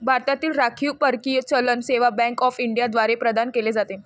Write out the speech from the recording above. भारतातील राखीव परकीय चलन सेवा बँक ऑफ इंडिया द्वारे प्रदान केले जाते